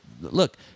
look